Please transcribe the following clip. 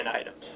items